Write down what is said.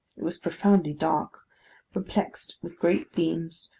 it was profoundly dark perplexed, with great beams,